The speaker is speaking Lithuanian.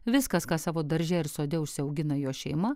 viskas ką savo darže ir sode užsiaugina jos šeima